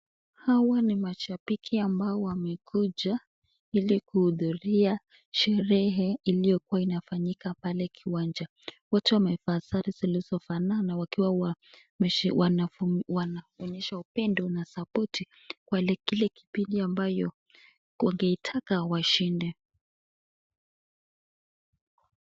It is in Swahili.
Hawa ni mashapiki ambayo wamekuja hili kuhudhuria sherehe uliokuwa Ina fanyika pale kiwanja wato wamefaa sare zilizo fananawakiwa wanaonyesha upendo na sapoti Kwa kile kipindi amayo wangeitaka washinde.